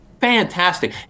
Fantastic